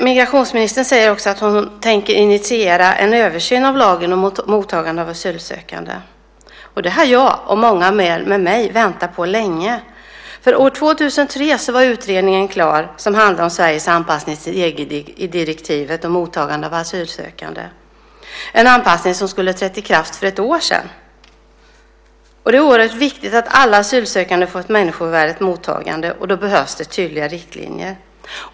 Migrationsministern säger också att hon tänker initiera en översyn av lagen om mottagande av asylsökande. Det har jag och många med mig väntat på länge. År 2003 var den utredning klar som handlade om Sveriges anpassning till EG-direktivet om mottagande av asylsökande, en anpassning som skulle ha trätt i kraft för ett år sedan. Det är oerhört viktigt att alla asylsökande får ett människovärdigt mottagande, och då behövs det tydliga riktlinjer.